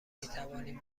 توانیم